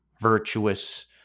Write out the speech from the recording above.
virtuous